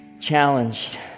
challenged